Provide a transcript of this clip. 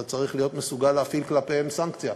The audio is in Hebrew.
אתה צריך להיות מסוגל להפעיל כלפיהם סנקציה,